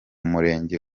murenge